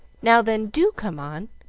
now, then, do come on,